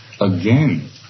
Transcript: again